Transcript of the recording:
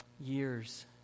years